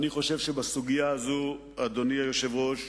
אני חושב שבסוגיה הזאת, אדוני היושב-ראש,